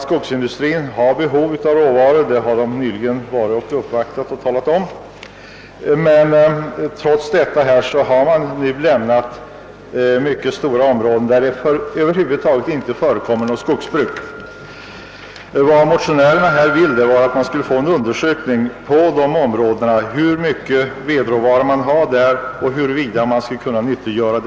Skogsindustrins representanter har vid en uppvaktning nyligen förklarat att man inom skogsindustrin har ett stort behov av vedråvara, men trots detta förekommer det inget skogsbruk alls i mycket stora områden här uppe. Motionärerna vill nu att det företas en undersökning om hur mycket råvara som finns inom dessa områden och om den kan nyttiggöras.